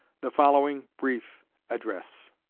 the following brief address